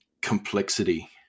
complexity